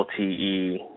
LTE